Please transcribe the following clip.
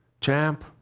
Champ